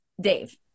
Dave